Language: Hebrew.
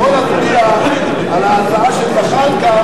בוא נצביע על ההצעה של זחאלקה,